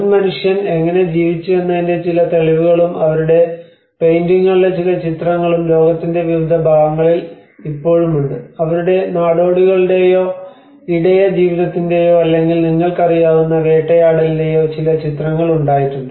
മുൻ മനുഷ്യൻ എങ്ങനെ ജീവിച്ചുവെന്നതിന്റെ ചില തെളിവുകളും അവരുടെ പെയിന്റിംഗുകളുടെ ചില ചിത്രങ്ങളും ലോകത്തിന്റെ വിവിധ ഭാഗങ്ങളിൽ ഇപ്പോഴും ഉണ്ട് അവരുടെ നാടോടികളുടെയോ ഇടയജീവിതത്തിന്റെയോ അല്ലെങ്കിൽ നിങ്ങൾക്കറിയാവുന്ന വേട്ടയാടലിന്റെയോ ചില ചിത്രങ്ങൾ ഉണ്ടായിട്ടുണ്ട്